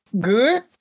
good